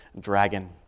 dragon